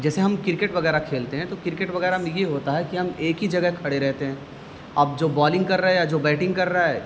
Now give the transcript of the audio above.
جیسے ہم کرکٹ وغیرہ کھیلتے ہیں تو کرکٹ وغیرہ میں یہ ہوتا ہے کہ ہم ایک ہی جگہ کھڑے رہتے ہیں اب جو بالنگ کر رہے ہے یا جو بیٹنگ کر رہا ہے